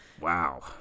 wow